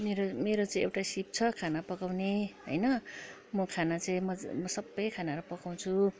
मेरो मेरो चाहिँ एउटा सिप छ खाना पकाउँने होइन म खाना चाहिँ मजाले सबै खानाहरू पकाउँछु